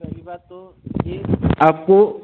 पहली बात तो यह है आपको